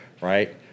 right